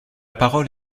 parole